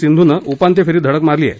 सिंधूनं उपांत्यफेरीत धडक मारली आहे